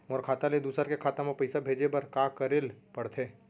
मोर खाता ले दूसर के खाता म पइसा भेजे बर का करेल पढ़थे?